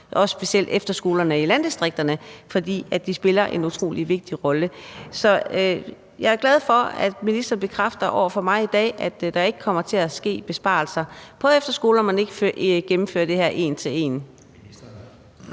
bekymret for efterskolerne i landdistrikterne, for de spiller en utrolig vigtig rolle. Så jeg er glad for, at ministeren bekræfter over for mig i dag, at der ikke kommer til at ske besparelser på efterskoler, og at man ikke gennemfører det her en til en.